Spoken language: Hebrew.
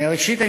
ראשית,